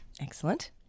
Excellent